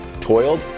toiled